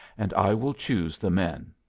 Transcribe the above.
and i will choose the men.